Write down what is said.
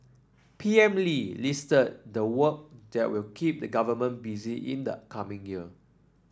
P M Lee listed the work that will keep the government busy in the coming year